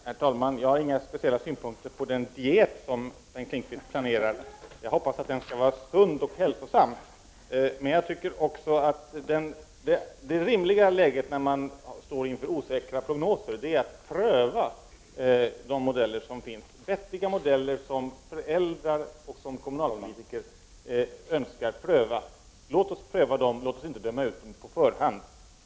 Herr talman! Jag har inga speciella synpunkter på den diet som Bengt Lindqvist planerar. Jag hoppas att den skall vara sund och hälsosam. Det rimliga läget när man står inför osäkra prognoser är att pröva de vettiga modeller som finns och som föräldrar och kommunalpolitiker önskar pröva. Låt oss pröva dem -— låt oss inte döma ut dem på förhand!